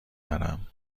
دارم